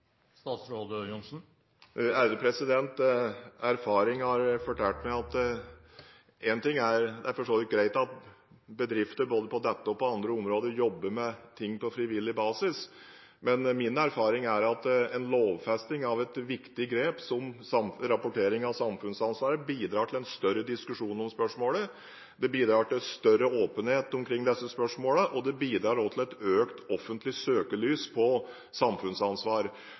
Det er for så vidt greit at bedrifter både på dette og på andre områder jobber med ting på frivillig basis, men min erfaring er at en lovfesting av et viktig grep som rapportering av samfunnsansvar bidrar til en større diskusjon om spørsmålet. Det bidrar til større åpenhet omkring disse spørsmålene, og det bidrar også til økt offentlig søkelys på samfunnsansvar.